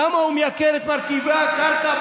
למה הוא מייקר את מרכיבי הקרקע,